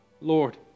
Lord